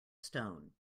stone